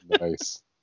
Nice